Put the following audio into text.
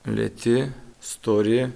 lėti stori